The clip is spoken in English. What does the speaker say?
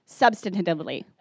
substantively